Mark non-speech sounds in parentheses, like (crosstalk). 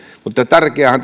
mutta tärkeäähän (unintelligible)